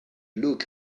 luke